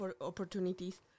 opportunities